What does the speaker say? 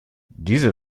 diese